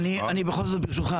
ברשותך,